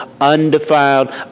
undefiled